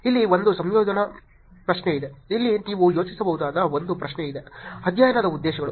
ಇಲ್ಲಿ ಒಂದು ಸಂಶೋಧನಾ ಪ್ರಶ್ನೆ ಇದೆ ಇಲ್ಲಿ ನೀವು ಯೋಚಿಸಬಹುದಾದ ಒಂದು ಪ್ರಶ್ನೆ ಇದೆ ಅಧ್ಯಯನದ ಉದ್ದೇಶಗಳು